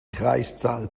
kreiszahl